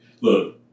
look